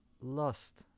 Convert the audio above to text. lust